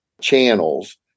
channels